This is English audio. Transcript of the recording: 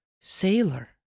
sailor